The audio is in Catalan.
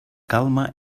calma